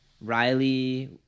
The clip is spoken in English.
Riley